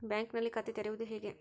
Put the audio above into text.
ಬ್ಯಾಂಕಿನಲ್ಲಿ ಖಾತೆ ತೆರೆಯುವುದು ಹೇಗೆ?